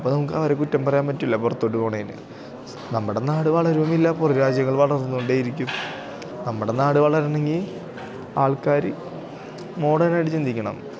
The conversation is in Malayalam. അപ്പോള് നമുക്ക് അവരെ കുറ്റം പറയാൻ പറ്റൂല്ല പുറത്തോട്ട് പോകുന്നതിനു നമ്മുടെ നാട് വളരുകയുമില്ല പുറം രാജ്യങ്ങൾ വളർന്നുകൊണ്ടേയിരിക്കും നമ്മടെ നാട് വളരണമെങ്കില് ആൾക്കാര് മോഡേണായിട്ട് ചിന്തിക്കണം